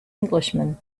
englishman